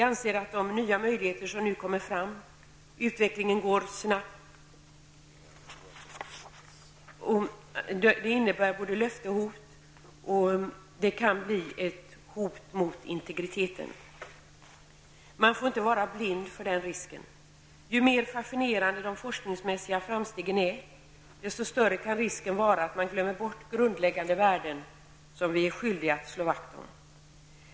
Vi anser att de nya möjligheterna som finns både innebär hot och löfte. Den nya tekniken kan bli ett hot mot integriteten. Man får inte vara blind för den risken. Ju mer fascinerande de forskningsmässiga framstegen är, desto större kan risken vara att man glömmer bort grundläggande värden som vi är skyldiga att slå vakt om.